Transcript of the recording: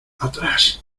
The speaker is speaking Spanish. atrás